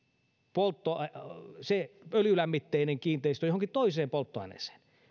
se öljylämmitteinen kiinteistö johonkin toiseen polttoaineeseen